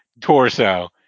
torso